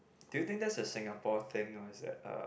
do you think that's a Singapore thing or is that a